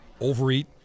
overeat